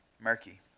murky